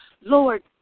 Lord